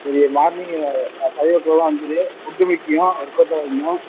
சரி மார்னிங் ஒரு ஃபைவ் வோ க்ளாக்லாம் வந்துடு ஃபுட்டு முக்கியம் ஒர்க்அவுட்டும் வேணும்